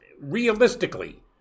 realistically